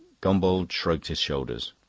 gombauld shrugged his shoulders.